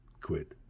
quit